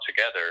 together